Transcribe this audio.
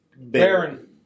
Baron